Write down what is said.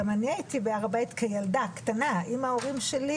גם אני הייתי בהר הבית כילדה קטנה עם ההורים שלי,